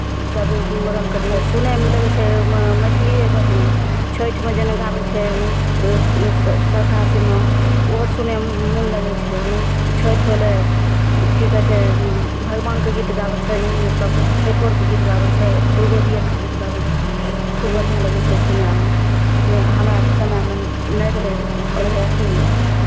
सभ रङ्गके छै सुनयमे लगै छै म मैथिलिए बढ़िआँ छठिमे जेना गाबै छै श् श् शारदा सिन्हा ओहो सुनयमे मोन लगै छै छठि भेलै की कहै छै भगवानके गीत गाबै छै सभ छठिओ अरके गीत गाबै छै दुर्गोजी अरके गीत गाबै छै खूब बढ़िआँ लगै छै सुनयमे हमरा आरके समयमे नहि रहय आ रहय अथि